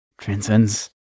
Transcends